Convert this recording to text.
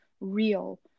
real